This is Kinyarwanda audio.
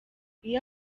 iyo